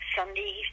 Sunday